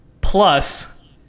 Plus